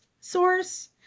source